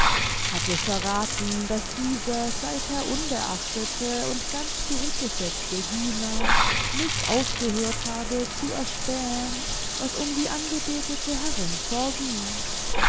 hatte verrathen daß dieser seither unbeachtete und ganz zurückgesetzte diener nicht aufgehört habe zu erspähen was um die angebetete herrin vorging